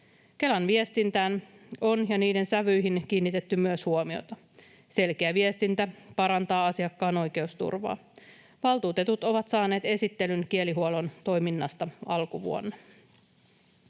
Kelan viestintään ja sen sävyihin on kiinnitetty huomiota. Selkeä viestintä parantaa asiakkaan oikeusturvaa. Valtuutetut ovat saaneet esittelyn kielenhuollon toiminnasta alkuvuonna.